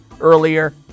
earlier